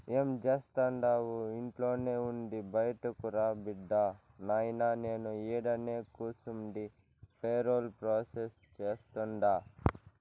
ఏం జేస్తండావు ఇంట్లోనే ఉండి బైటకురా బిడ్డా, నాయినా నేను ఈడనే కూసుండి పేరోల్ ప్రాసెస్ సేస్తుండా